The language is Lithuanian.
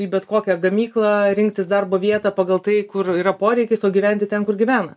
į bet kokią gamyklą rinktis darbo vietą pagal tai kur yra poreikis o gyventi ten kur gyvena